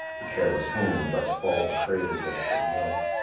the careless hand lets fall the cradle gift of wealth.